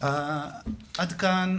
עד כאן,